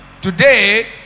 today